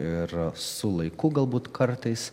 ir su laiku galbūt kartais